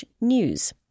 news